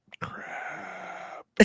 crap